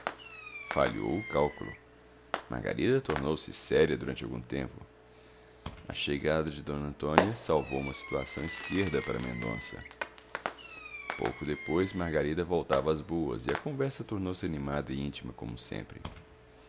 o cálculo margarida tornou-se séria durante algum tempo a chegada de d antônia salvou uma situação esquerda para mendonça pouco depois margarida voltava às boas e a conversa tornou-se animada e íntima como sempre